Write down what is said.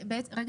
שבתי,